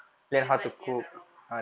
lebih baik tinggal kat rumah